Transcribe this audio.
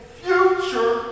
future